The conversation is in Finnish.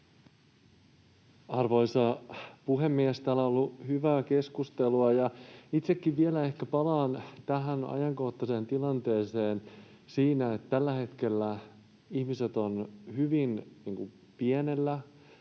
Arvoisa puhemies! Täällä on ollut hyvää keskustelua, ja itsekin vielä ehkä palaan tähän ajankohtaiseen tilanteeseen siinä, että tällä hetkellä ihmiset ovat hyvin pienellä,